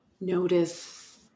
Notice